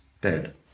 dead